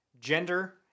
gender